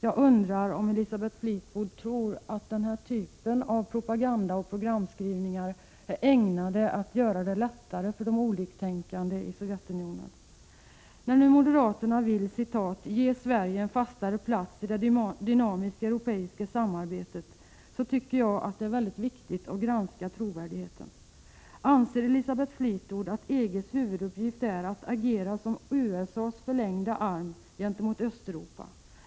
Jag undrar om Elisabeth Fleetwood tror att den här typen av propaganda och programskrivning är ägnad att göra det lättare för de oliktänkande i Sovjetunionen. När nu moderaterna vill ”ge Sverige en fastare plats i det dynamiska europeiska samarbetet” tycker jag att det är väldigt viktigt att granska trovärdigheten. Anser Elisabeth Fleetwood att EG:s huvuduppgift är att agera som USA:s förlängda arm gentemot Östeuropa?